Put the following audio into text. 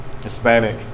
Hispanic